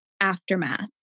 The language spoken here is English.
Aftermath